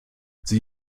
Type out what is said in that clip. sie